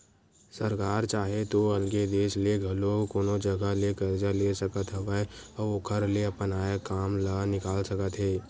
सरकार चाहे तो अलगे देस ले घलो कोनो जघा ले करजा ले सकत हवय अउ ओखर ले अपन आय काम ल निकाल सकत हे